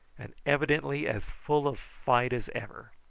and evidently as full of fight as ever.